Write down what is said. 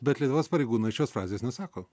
bet lietuvos pareigūnai šios frazės nesako